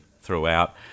throughout